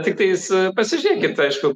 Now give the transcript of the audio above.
tiktais pasižiūrėkit aišku